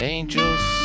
Angel's